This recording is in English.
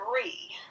three